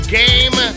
game